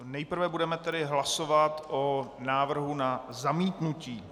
Nejprve budeme tedy hlasovat o návrhu na zamítnutí.